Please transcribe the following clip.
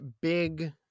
big